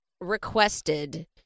requested